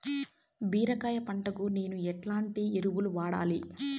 బీరకాయ పంటకు నేను ఎట్లాంటి ఎరువులు వాడాలి?